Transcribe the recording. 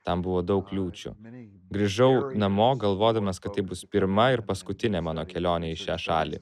tam buvo daug kliūčių grįžau namo galvodamas kad taip bus pirma ir paskutinė mano kelionė į šią šalį